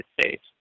States